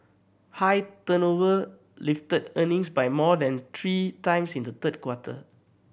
higher turnover lifted earnings by more than three times in the third quarter